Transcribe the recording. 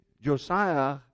Josiah